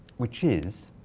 which is